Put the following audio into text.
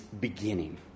beginning